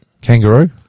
Kangaroo